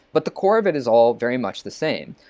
but the core of it is all very much the same.